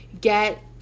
get